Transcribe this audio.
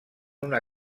una